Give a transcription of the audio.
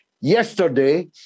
yesterday